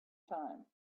time